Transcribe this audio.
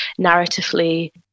narratively